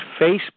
Facebook